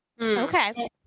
okay